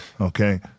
Okay